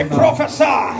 prophesy